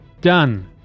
Done